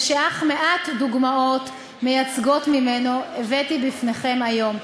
ושאך מעט דוגמאות מייצגות ממנו הבאתי בפניכם היום.